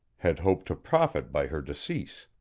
had hoped to profit by her decease.